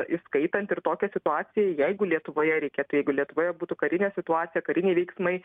įskaitant ir tokią situaciją jeigu lietuvoje reikėtų jeigu lietuvoje būtų karinė situacija kariniai veiksmai